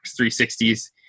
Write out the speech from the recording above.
360s